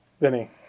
Vinny